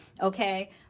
Okay